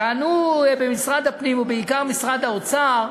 טענו במשרד הפנים, ובעיקר משרד האוצר,